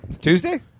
Tuesday